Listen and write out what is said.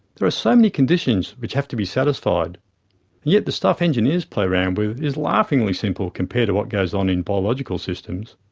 there are so many conditions which have to be satisfied. and yet the stuff engineers play around with is laughingly simple compared to what goes on in biological systems.